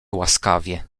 łaskawie